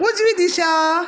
उजवी दिशा